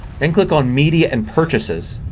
then click on media and purchases.